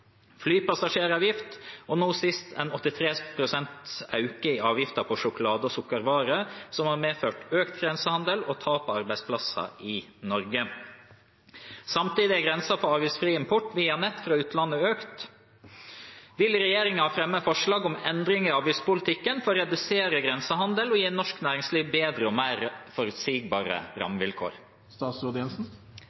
flyseteavgift og nå sist en 83 prosents økning i avgiften på sjokolade- og sukkervarer som har medført økt grensehandel og tap av arbeidsplasser i Norge. Samtidig er grensen økt for avgiftsfri import via nett fra utlandet. Vil regjeringen fremme forslag om endring i avgiftspolitikken for å redusere grensehandelen og gi norsk næringsliv bedre og mer forutsigbare